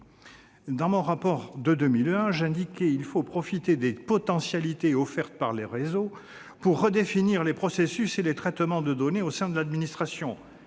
Dans mon rapport de 2001, j'indiquai qu'il fallait « profiter des potentialités offertes par les réseaux pour redéfinir, en profondeur, les processus et les traitements de données au sein de l'administration.